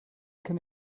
can